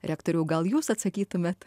rektoriau gal jūs atsakytumėt